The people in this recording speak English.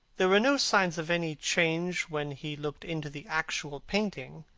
there were no signs of any change when he looked into the actual painting,